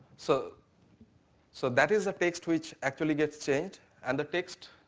so so that is a text which actually gets changed. and the text